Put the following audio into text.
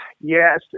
yes